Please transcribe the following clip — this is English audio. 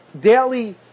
daily